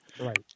Right